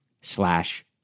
slash